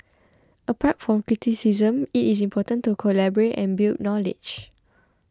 apart from criticism it is important to collaborate and build knowledge